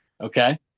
Okay